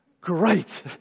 great